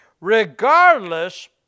Regardless